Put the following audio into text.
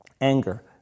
anger